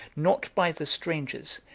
not by the strangers,